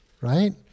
right